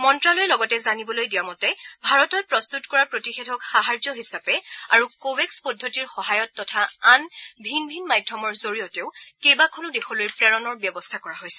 মন্ত্যালয়ে লগতে জানিবলৈ দিয়া মতে ভাৰতত প্ৰস্তত কৰা প্ৰতিষেধক সাহায্য হিচাপে আৰু কোৱেক্স পদ্ধতিৰ সহায়ত তথা আন ভিন ভিন মাধ্যমৰ জৰিয়তেও কেইবাখনো দেশলৈ প্ৰেৰণৰ ব্যৱস্থা কৰা হৈছে